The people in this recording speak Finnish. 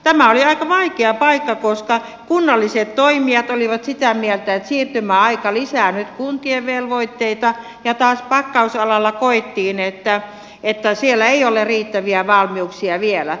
tämä oli aika vaikea paikka koska kunnalliset toimijat olivat sitä mieltä että siirtymäaika lisää nyt kuntien velvoitteita ja taas pakkausalalla koettiin että siellä ei ole riittäviä valmiuksia vielä